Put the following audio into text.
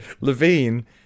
Levine